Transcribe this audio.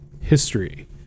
history